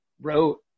wrote